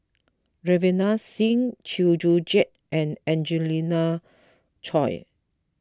Ravinder Singh Chew Joo Chiat and Angelina Choy